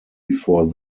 before